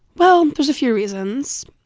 well, there's a few reasons,